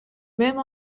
même